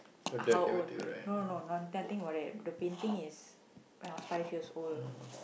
how old no no no non I think about it the painting is ya five years old